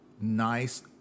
nice